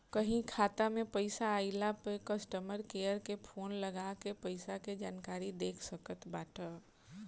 कहीं खाता में पईसा आइला पअ कस्टमर केयर के फोन लगा के पईसा के जानकारी देख सकत बाटअ